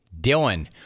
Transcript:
Dylan